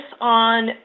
on